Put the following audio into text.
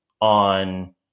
on